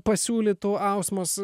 pasiūlytų ausmos